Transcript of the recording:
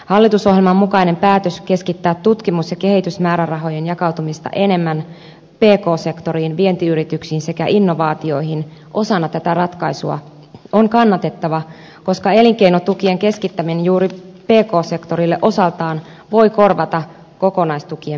hallitusohjelman mukainen päätös keskittää tutkimus ja kehitysmäärärahojen jakautumista enemmän pk sektoriin vientiyrityksiin sekä innovaatioihin osana tätä ratkaisua on kannatettava koska elinkeinotukien keskittäminen juuri pk sektorille osaltaan voi korvata kokonaistukien pienentämistä